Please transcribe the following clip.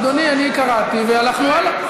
אדוני, אני קראתי והלכנו הלאה.